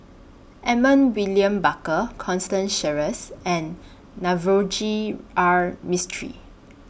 Edmund William Barker Constance Sheares and Navroji R Mistri